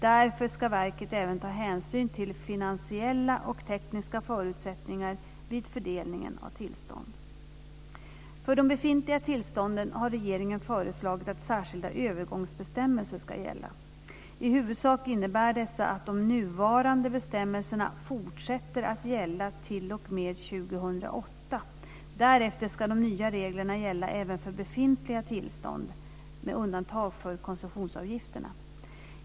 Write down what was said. Därför ska verket även ta hänsyn till finansiella och tekniska förutsättningar vid fördelningen av tillstånd. För de befintliga tillstånden har regeringen föreslagit att särskilda övergångsbestämmelser ska gälla. I huvudsak innebär dessa att de nuvarande bestämmelserna fortsätter att gälla t.o.m. 2008. Därefter ska de nya reglerna gälla även för befintliga tillsånd med undantag för koncessionsavgifterna.